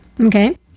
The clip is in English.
Okay